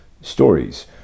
stories